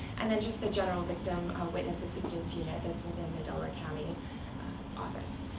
and then just the general victim witness assistance unit that's within the delaware county office.